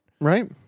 right